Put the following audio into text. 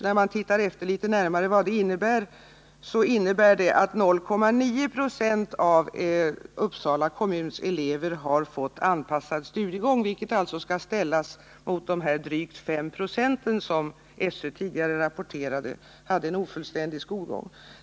När man tittar efter litet närmare vad det innebär, finner man att 0,9 26 av eleverna i Uppsala kommun har fått anpassad studiegång. Detta skall alltså ställas mot de drygt 596 som tidigare rapporterats ha en ofullständig skolgång.